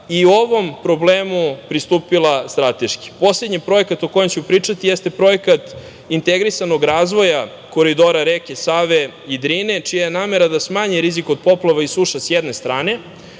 i ovom problemu je pristupila strateški. Poslednji projekat o kojem ću pričati jeste projekat integrisanog razvoja koridora reke Save i Drine, čija je namera da smanji rizik od poplava i suša, s jedne strane,